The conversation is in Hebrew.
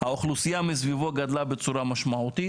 האוכלוסייה מסביבו גדלה בצורה משמעותית,